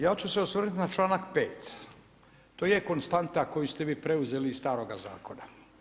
Ja ću se osvrnuti na članak 5. to je konstanta koju ste vi preuzeli iz staroga zakona.